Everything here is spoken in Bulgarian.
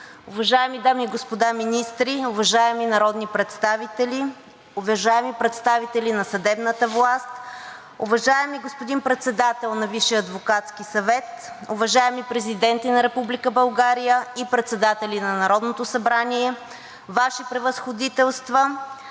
уважаеми дами и господа министри, уважаеми народни представители, уважаеми представители на съдебната власт, уважаеми господин Председател на Висшия адвокатски съвет, уважаеми президенти на Република България и председатели на Народното събрание, Ваши Превъзходителства,